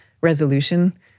resolution